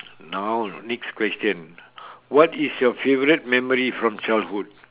now next question what is your favourite memory from childhood